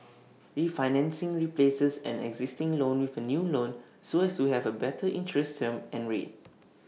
refinancing replaces an existing loan with A new loan so as to have A better interest term and rate